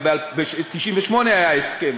גם ב-1998 היה הסכם,